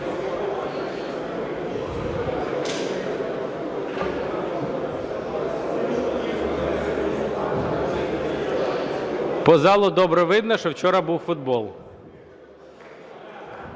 По залу добре видно, що вчора був футбол,